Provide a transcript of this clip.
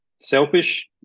selfish